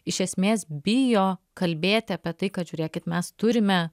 iš esmės bijo kalbėti apie tai kad žiūrėkit mes turime